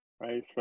right